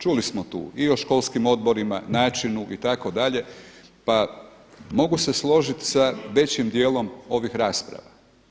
Čuli smo tu i o školskim odborima, načinu itd., pa mogu se složit sa većim dijelom ovih rasprava.